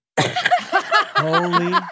Holy